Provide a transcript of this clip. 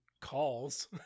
calls